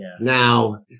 now